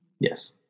Yes